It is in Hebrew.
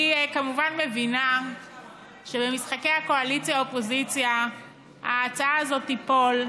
אני כמובן מבינה שבמשחקי קואליציה אופוזיציה ההצעה הזאת תיפול,